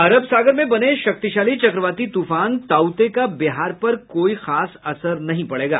अरब सागर में बने शक्तिशाली चक्रवाती तूफान ताउते का बिहार पर कोई खास असर नहीं पड़ेगा